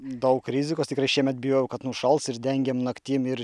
daug rizikos tikrai šiemet bijojau kad nušals ir dengėm naktim ir